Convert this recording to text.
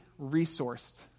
resourced